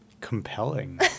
Compelling